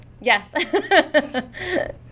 Yes